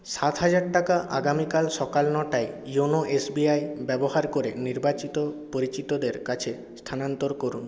সাত হাজার টাকা আগামীকাল সকাল নটায় ইওনো এস বি আই ব্যবহার করে নির্বাচিত পরিচিতদের কাছে স্থানান্তর করুন